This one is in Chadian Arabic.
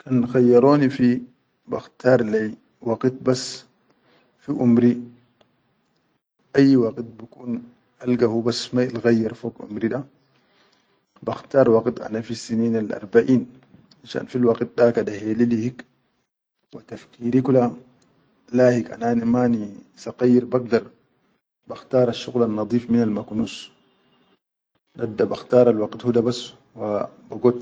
Kan khayyaroni fi bakhtar le yi waqit bas fi umri ayyi waqit bikon alga hubas gayyir fog umri finshan fil waqit da ka da heli lihik wa tafkiri kula layik ana ma ni sakkaiyir bagdar bakhtaral shuqulal nadeef minal makunus dadda bakhtaral waqtula bas wa.